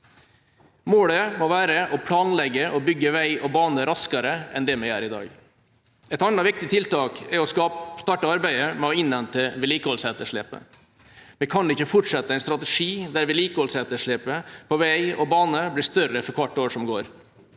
Målet må være å planlegge og bygge vei og bane raskere enn vi gjør i dag. Et annet viktig tiltak er å starte arbeidet med å innhente vedlikeholdsetterslepet. Vi kan ikke fortsette med en strategi der vedlikeholdsetterslepet på vei og bane blir større for hvert år som går.